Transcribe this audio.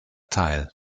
teil